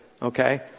Okay